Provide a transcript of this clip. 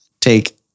take